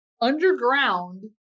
underground